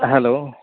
hello